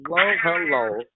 hello